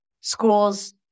schools